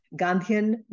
Gandhian